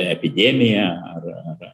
epidemiją ar ar